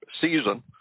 season